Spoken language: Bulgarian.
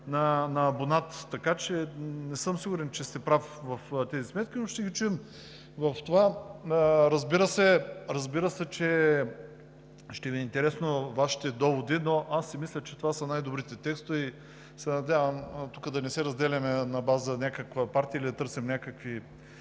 на абонат. Така че не съм сигурен, че сте прав в тези сметки, но ще ги чуем. Разбира се, че ще ни са интересни Вашите доводи, но аз си мисля, че това са най-добрите текстове, и се надявам да не се разделяме на база някаква партия или да търсим някакви…